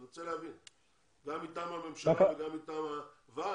אני רוצה להבין, גם מטעם הממשלה וגם מטעם הוועד?